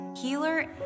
healer